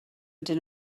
ydyn